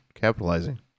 capitalizing